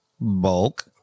bulk